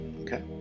Okay